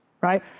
right